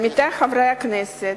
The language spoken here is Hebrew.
עמיתי חברי הכנסת,